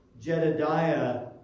Jedidiah